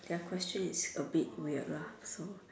their question is a bit weird lah so